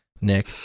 Nick